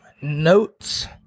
notes